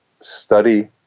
Study